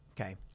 Okay